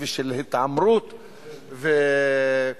עם כל המשמעויות הרות האסון